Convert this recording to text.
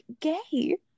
gay